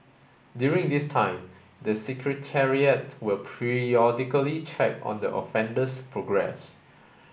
during this time the Secretariat will periodically check on the offender's progress